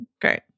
Great